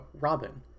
Robin